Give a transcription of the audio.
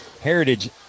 Heritage